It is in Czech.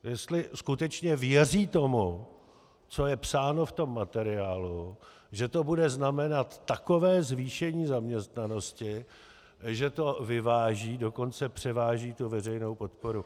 Jestli skutečně věří tomu, co je psáno v tom materiálu, že to bude znamenat takové zvýšení zaměstnanosti, že to vyváží, dokonce převáží tu veřejnou podporu.